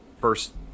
first